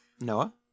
Noah